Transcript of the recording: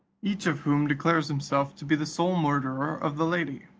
each of whom declares himself to be the sole murderer of the lady.